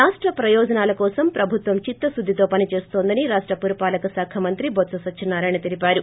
రాష్ట ప్రయోజనాల కోసం ప్రభుత్వం చిత్తశుద్దితో పని చేస్తుందని రాష్ట పురపాలక శాఖ మంత్రి బొత్స సత్యనారాయణ తెలిపారు